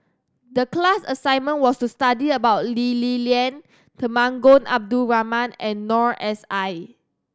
the class assignment was to study about Lee Li Lian Temenggong Abdul Rahman and Noor S I